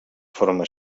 forma